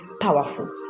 powerful